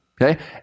okay